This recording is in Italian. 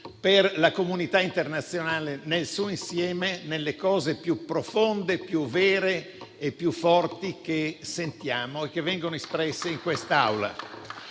per la comunità internazionale nel suo insieme, nelle cose più profonde, più vere e più forti che sentiamo e che vengono espresse in quest'Aula.